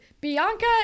Bianca